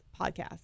podcast